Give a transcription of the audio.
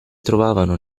trovavano